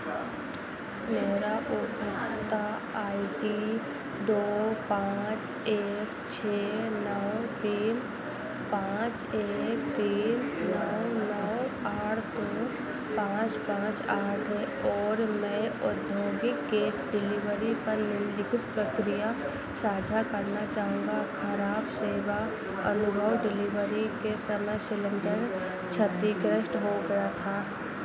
मेरा उपभोक्ता I D दो पाँच एक छः नौ तीन पाँच एक तीन नौ नौ आठ दो पाँच पाँच आठ है और मैं औद्योगिक गैस डिलीवरी पर निम्नलिखित प्रक्रिया साझा करना चाहूँगा खराब सेवा अनुभव डिलीवरी के समय सिलेंडर क्षतिग्रस्त हो गया था